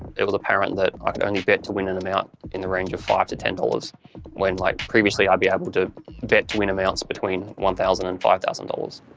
it was apparent that i ah could only bet to win an amount in the range of five to ten dollars when like previously, i'd be able to bet to win amounts between one thousand and five thousand dollars.